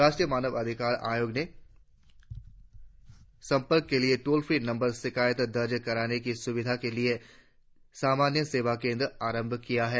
राष्ट्रीय मानवाधिकार आयोग ने संपर्क के लिए टोल फ्री नंबर शिकायत दर्ज कराने की सुविधा के लिए सामान्य सेवा केंद्र आरंभ किया है